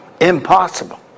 Impossible